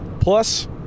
plus